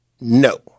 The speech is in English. no